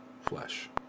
flesh